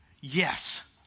Yes